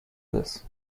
this